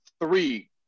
three